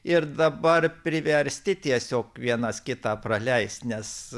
ir dabar priversti tiesiog vienas kitą praleist nes